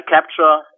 capture